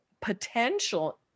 potential